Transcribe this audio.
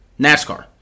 NASCAR